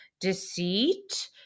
deceit